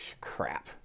crap